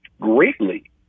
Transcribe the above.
greatly